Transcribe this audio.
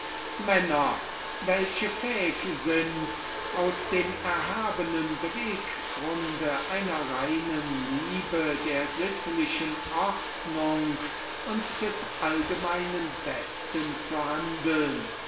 haben welche fähig sind aus dem erhabenen beweggrunde einer reinen liebe der sittlichen ordnung und des allgemeinen besten zu handeln